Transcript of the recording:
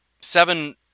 seven